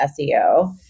SEO